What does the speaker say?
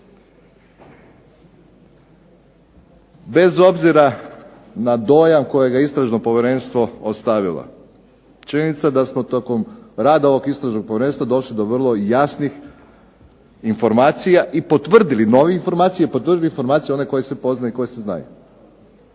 bez obzira na dojam kojega je Istražno povjerenstvo ostavilo, činjenica da smo tokom rada ovog Istražnog povjerenstva došli do vrlo jasnih informacija i potvrdili nove informacije, potvrdili informacije one koje se poznaju i one koje se znaju.